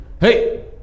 hey